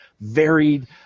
varied